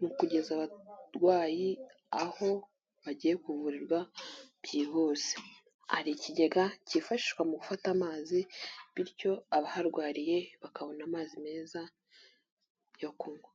mu kugeza abarwayi aho bagiye kuvurirwa byihuse, hari ikigega kifashishwa mu gufata amazi, bityo abaharwariye bakabona amazi meza yo kunywa.